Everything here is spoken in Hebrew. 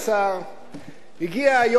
הגיע היום, לאחר שנה,